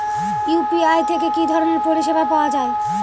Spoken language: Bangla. ইউ.পি.আই থেকে কি ধরণের পরিষেবা পাওয়া য়ায়?